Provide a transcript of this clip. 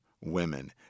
women